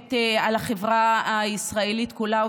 שמאיימות על החברה הישראלית כולה,